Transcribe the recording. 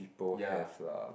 ya